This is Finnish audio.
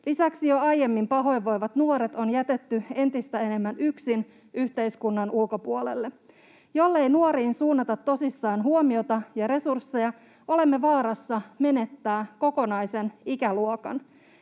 Lisäksi jo aiemmin pahoinvoivat nuoret on jätetty entistä enemmän yksin yhteiskunnan ulkopuolelle. Jollei nuoriin suunnata tosissaan huomiota ja resursseja, olemme vaarassa menettää kokonaisen ikäluokan.